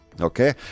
okay